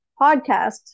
podcast